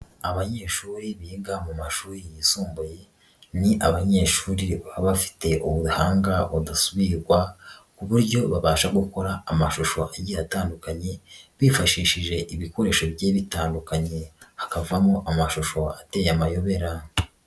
Abanyeshuri biga mu mashuri yisumbuye, ni abanyeshuri baba bafite ubuhanga budasubigwa, ku buryo babasha gukora amashusho agiye atandukanye, bifashishije ibikoresho bigiye bitandukanye hakavamo amashusho ateye amayobera.